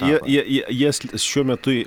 jie jie jie šiuo metu